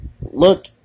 look